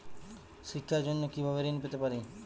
শিক্ষার জন্য কি ভাবে ঋণ পেতে পারি?